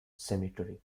cemetery